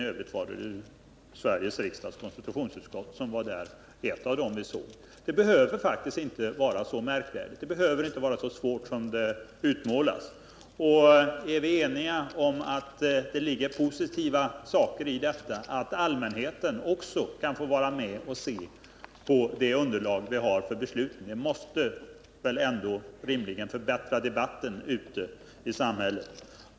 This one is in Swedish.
I övrigt var det Sveriges riksdags konstitutionsutskott som var närvarande vid ett av de utskott som vi besökte. Det behöver faktiskt inte vara så märkvärdigt. Det behöver inte vara så svårt som det utmålas. Är vi eniga om att det ligger något positivt i att allmänheten också kan få vara med och ta del av det underlag som vi har för besluten, måste det väl ändå rimligen förbättra debatten ute i samhället.